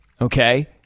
Okay